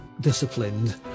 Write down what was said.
disciplined